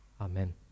Amen